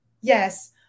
Yes